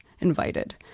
invited